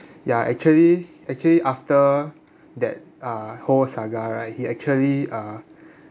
ya actually actually after that uh whole saga right he actually uh